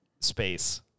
space